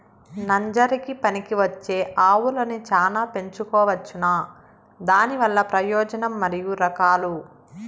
నంజరకి పనికివచ్చే ఆవులని చానా పెంచుకోవచ్చునా? దానివల్ల ప్రయోజనం మరియు రకాలు?